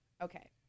Okay